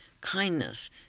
kindness